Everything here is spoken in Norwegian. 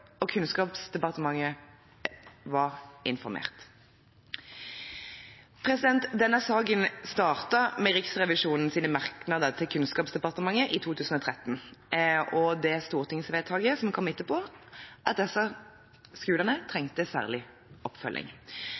og Kunnskapsdepartementet var informert. Denne saken startet med Riksrevisjonens merknader til Kunnskapsdepartementet i 2013 og det stortingsvedtaket som kom etterpå om at disse skolene trengte særlig oppfølging.